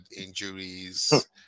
injuries